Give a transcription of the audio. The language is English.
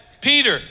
Peter